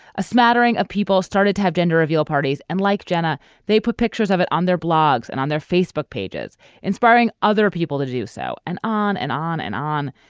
a smattering of people started to have gender reveal parties and like jenna they put pictures of it on their blogs and on their facebook pages inspiring other people to do so and on and on and on.